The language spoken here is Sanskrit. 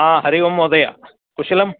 ह हरिः ओं महोदय कुशलम्